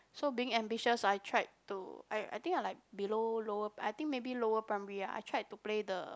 so being ambitious I tried to I I think I like below lower I think maybe lower primary ah I tried to play the